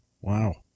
Wow